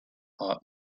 hot